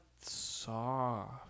soft